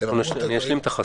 יש ממש קשר